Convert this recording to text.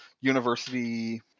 university